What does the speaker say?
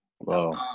Wow